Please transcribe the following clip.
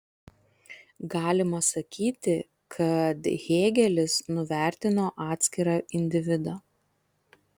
galima sakyti kad hėgelis nuvertino atskirą individą